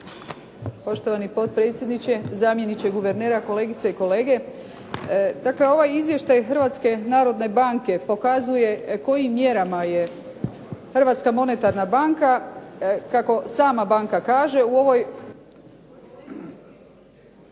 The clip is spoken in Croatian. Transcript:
Poštovani potpredsjedniče, zamjeniče guvernera, kolegice i kolege. Dakle, ovaj izvještaj Hrvatske narodne banke pokazuje kojima mjerama je hrvatska monetarna banka, kako sama banka kaže u ovoj